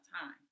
time